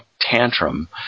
tantrum